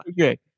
Okay